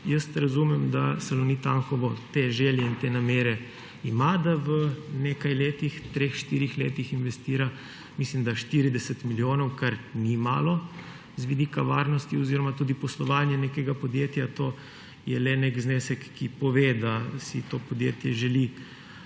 Tako razumem, da Salonit Anhovo te želje in te namere ima, da v nekaj letih, 3, 4 letih investira, mislim, 40 milijonov, kar ni malo z vidika varnosti oziroma tudi poslovanja nekega podjetja. To je le nek znesek, ki pove, da si to podjetje želi v tem